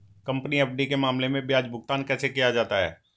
Company FD के मामले में ब्याज भुगतान कैसे किया जाता है?